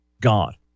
God